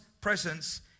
presence